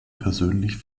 persönlich